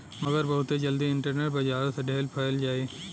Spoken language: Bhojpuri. मगर बहुते जल्दी इन्टरनेट बजारो से ढेर फैल जाई